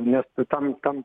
nes tam tam